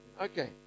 okay